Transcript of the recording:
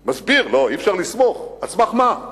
מסביר: לא, אי-אפשר לסמוך, על סמך מה?